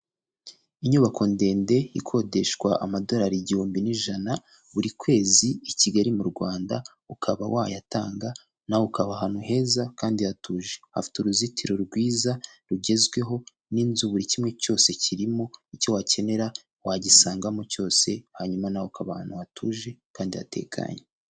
Inyubako ndende ikodeshwa amadorari igihumbi n'ijana buri kwezi i Kigali mu Rwanda, ukaba wayatanga nawe ukaba ahantu heza kandi hatuje, hafite uruzitiro rwiza rugezweho, n'inzu buri kimwe cyose kirimo, icyo wakenera wagisangamo cyose hanyuma nawe uka abantu batuje kandi hatekanye.